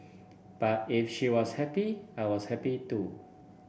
but if she was happy I was happy too